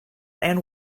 and